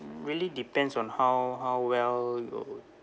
mm really depends on how how well you